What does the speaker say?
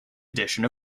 addition